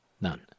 None